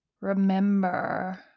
remember